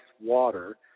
water